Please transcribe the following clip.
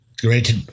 great